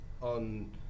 on